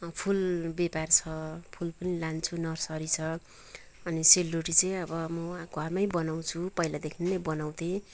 फुल व्यापार छ फुल पनि लान्छु नर्सरी छ अनि सेलरोटी चाहिँ अब म घरमै बनाउँछु पहिलादेखि नै बनाउँथेँ